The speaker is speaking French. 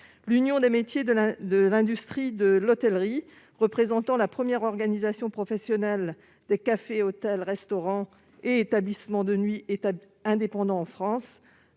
L'Union des métiers et des industries de l'hôtellerie, qui est la première organisation professionnelle des cafés, hôtels, restaurants et établissements de nuit indépendants en France,